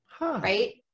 Right